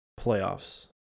playoffs